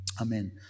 Amen